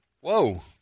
Whoa